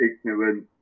ignorant